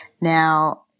Now